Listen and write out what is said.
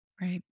Right